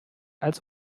als